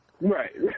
Right